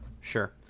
Sure